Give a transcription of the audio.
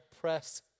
press